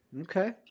Okay